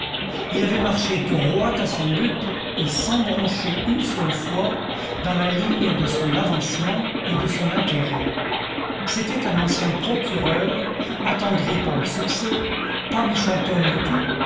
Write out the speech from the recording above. il avait marché droit à son but et sans broncher une seule fois dans la ligne de son avancement et de son intérêt c'était un ancien procureur attendri par le succès pas méchant homme du tout